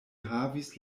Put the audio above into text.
havis